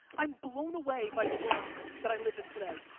i'm blown away by the world that i live in today.